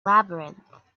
labyrinth